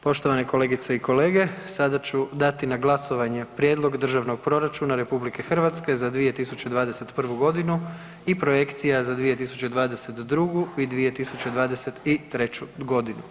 Poštovane kolegice i kolege, sada ću dati na glasovanje Prijedlog Državnog proračuna RH za 2021. godinu i projekcija za 2022. i 2023. godinu.